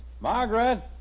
Margaret